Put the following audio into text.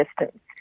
distance